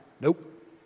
Nope